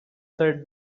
said